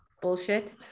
bullshit